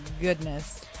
goodness